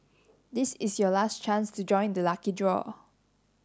this is your last chance to join the lucky draw